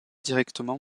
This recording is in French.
directement